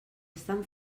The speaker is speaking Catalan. estan